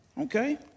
Okay